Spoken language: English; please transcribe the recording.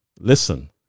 listen